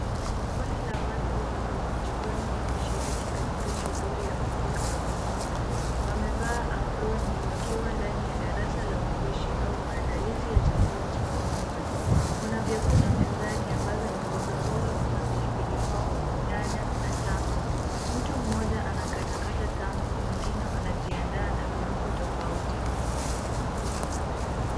Kundi la watu wako jikoni wakishiriki katika shughuli ya kupika kwa pamoja. Wamevaa aproni wakiwa ndani ya darasa la upishi au maandalizi ya chakula cha pamoja. Kuna vyakula mezani ambazo ni mboga mboga kama vile pilipili hoho, nyanya na tango. Mtu mmoja anakatakata tango, wengine wanajiandaa na viungo tofauti.